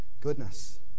goodness